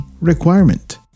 requirement